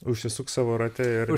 užsisuks savo rate ir